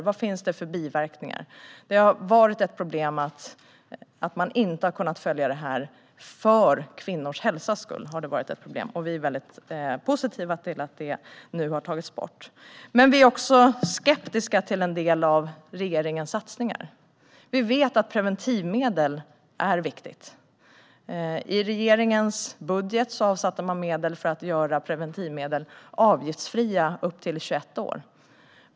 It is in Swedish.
Vilka biverkningar finns? Det har varit ett problem för kvinnors hälsa att man inte har kunnat följa detta, och vi är väldigt positiva till att det nu har tagits bort. Vi är dock skeptiska till en del av regeringens satsningar. Vi vet att det är viktigt med preventivmedel, och i regeringens budget avsatte man medel för att göra preventivmedel avgiftsfria för personer upp till 21 år.